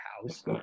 house